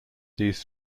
these